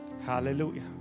Hallelujah